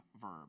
verb